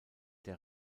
der